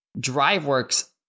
DriveWorks